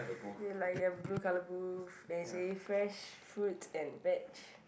is like a blue colour booth that say fresh fruit and veg